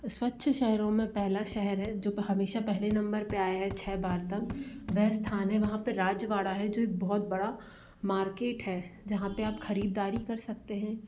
स्वच्छ शहरों में पहेला शहर है जो के हमेशा पहले नंबर पर आया है छः बार तक वह स्थान है वहाँ पर राजवाड़ा है जो एक बहुत बड़ा मार्केट है जहाँ पर आप ख़रीदारी कर सकते हैं